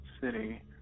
city